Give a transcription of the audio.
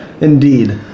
indeed